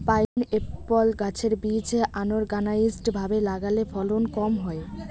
pineapple গাছের বীজ unorganised ভাবে লাগালে ফলন কম হয়